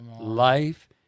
Life